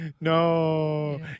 no